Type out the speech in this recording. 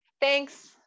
Thanks